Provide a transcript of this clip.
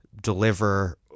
deliver